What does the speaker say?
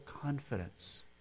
confidence